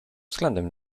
względem